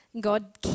God